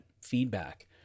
feedback